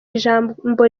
ijambo